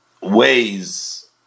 ways